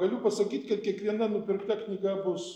galiu pasakyt kad kiekviena nupirkta knyga bus